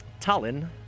Tallinn